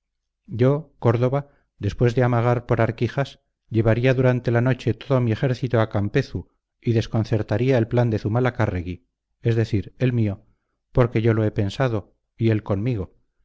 yo córdoba después de amagar por arquijas llevaría durante la noche todo mi ejército a campezu y desconcertaría el plan de zumalacárregui es decir el mío porque yo lo he pensado y él conmigo